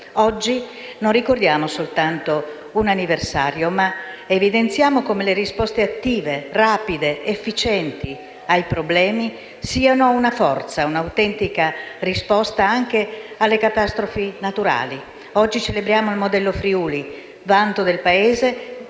Oggi non ricordiamo soltanto un anniversario, ma evidenziamo come le risposte attive, rapide, efficienti ai problemi siano una forza, un'autentica risposta anche alle catastrofi naturali. Oggi celebriamo il modello Friuli, vanto del Paese,